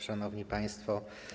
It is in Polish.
Szanowni Państwo!